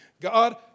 God